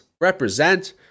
Represent